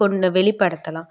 கொண்டு வெளிப்படுத்தலாம்